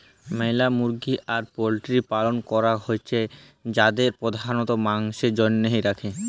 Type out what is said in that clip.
ম্যালা মুরগি আর পল্ট্রির পালল ক্যরাক হ্যয় যাদের প্রধালত মাংসের জনহে রাখে